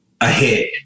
ahead